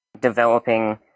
developing